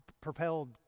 propelled